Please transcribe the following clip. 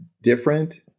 different